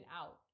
out